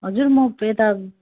हजुर म यता